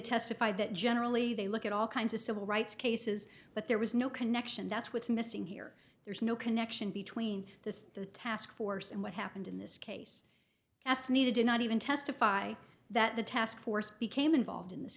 testify that generally they look at all kinds of civil rights cases but there was no connection that's what's missing here there's no connection between the task force and what happened in this case as needed to not even testify that the task force became involved in this